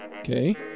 Okay